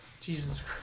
Jesus